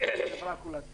החברה כולה תתחזק.